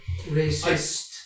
racist